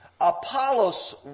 Apollos